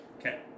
Okay